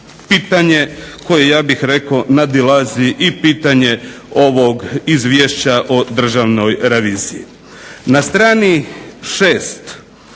pitanje koje ja bih rekao nadilazi i pitanje ovog izvješća o Državnoj reviziji. Na strani 6